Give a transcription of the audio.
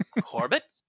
Corbett